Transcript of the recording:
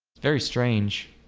very strange